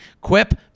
Quip